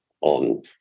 on